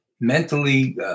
Mentally